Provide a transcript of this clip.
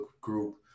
group